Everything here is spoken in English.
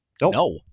no